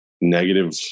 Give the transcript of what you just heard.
negative